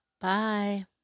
Bye